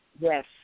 Yes